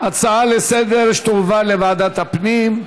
הצעה לסדר-היום, שתועבר לוועדת הפנים.